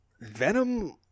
venom